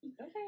Okay